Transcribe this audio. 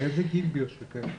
באיזה גיל הוא נפטר?